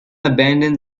abandon